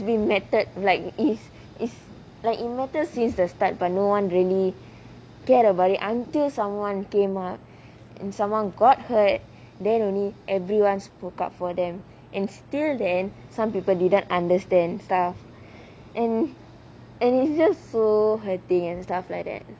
the method like is is like in motor since the start but no one really care about it until someone came up and someone got hurt then only everyone's spoke up for them and still then some people didn't understand stuff and and it's just so hurting and stuff like that